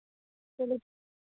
चलो